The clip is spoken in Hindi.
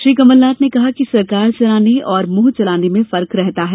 श्री कमलनाथ ने कहा कि सरकार चलाने और मुंह चलाने में फर्क रहता है